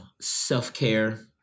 self-care